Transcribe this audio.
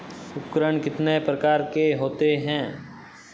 उपकरण कितने प्रकार के होते हैं?